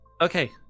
Okay